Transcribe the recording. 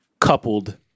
coupled